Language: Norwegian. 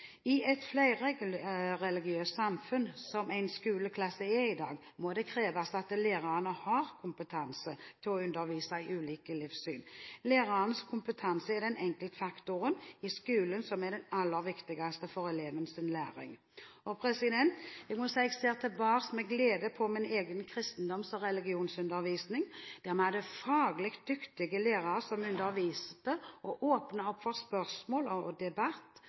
samfunn, som en skoleklasse er i dag, må det kreves at læreren har kompetanse til å undervise i ulike livssyn. Lærernes kompetanse er den enkeltfaktoren i skolen som er aller viktigst for elevenes læring. Jeg må si at jeg ser tilbake med glede på min egen kristendoms- og religionsundervisning, der vi hadde faglig dyktige lærere som underviste og åpnet opp for spørsmål, debatt og